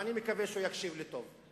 ואני מקווה שהוא יקשיב לי טוב.